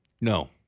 No